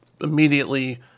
immediately